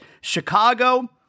Chicago